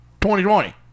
2020